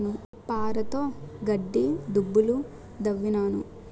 పారతోగడ్డి దుబ్బులు దవ్వినాను